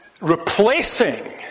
replacing